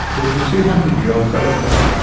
it was a two hundred year old ghost gum.